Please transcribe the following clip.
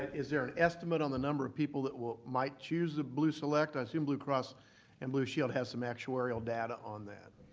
is there an estimate on the number of people that might choose the blue select? i assume blue cross and blue shield has some actuarial data on that.